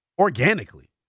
organically